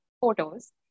Photos